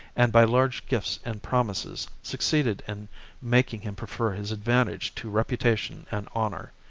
and by large gifts and promises succeeded in making him prefer his advantage to reputation and honour,